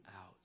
out